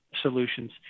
solutions